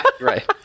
Right